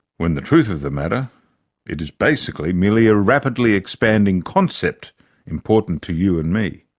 when the truth of the matter it is basically merely a rapidly expanding concept important to you and me.